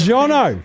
Jono